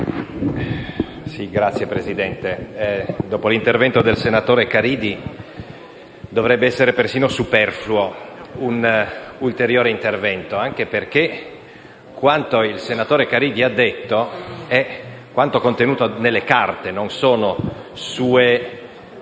Signor Presidente, dopo l'intervento del senatore Caridi dovrebbe essere perfino superfluo svolgere un ulteriore intervento, anche perché quanto egli ha detto è quanto contenuto nelle carte. Non sono sue